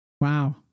Wow